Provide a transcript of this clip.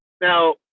now